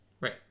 Right